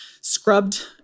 scrubbed